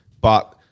But-